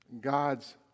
God's